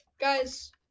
Guys